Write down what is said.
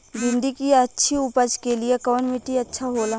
भिंडी की अच्छी उपज के लिए कवन मिट्टी अच्छा होला?